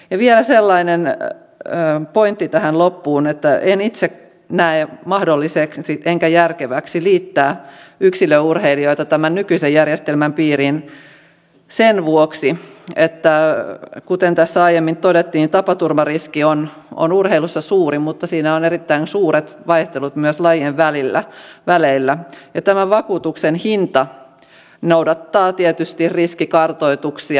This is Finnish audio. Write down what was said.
vielä sellainen pointti tähän loppuun että en itse näe mahdolliseksi enkä järkeväksi liittää yksilöurheilijoita tämän nykyisen järjestelmän piiriin sen vuoksi että kuten tässä aiemmin todettiin tapaturmariski on urheilussa suuri mutta siinä on erittäin suuret vaihtelut myös lajien väleillä ja tämän vakuutuksen hinta noudattaa tietysti riskikartoituksia